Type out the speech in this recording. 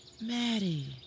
Maddie